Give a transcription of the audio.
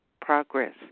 progress